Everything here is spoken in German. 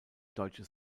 deutsche